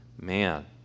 man